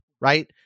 right